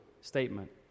statement